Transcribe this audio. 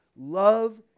Love